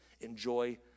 Enjoy